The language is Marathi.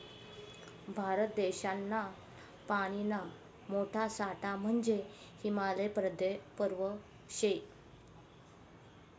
भारत देशना पानीना मोठा साठा म्हंजे हिमालय पर्वत शे